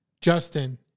Justin